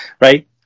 Right